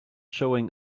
showing